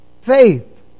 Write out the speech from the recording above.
Faith